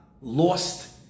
lost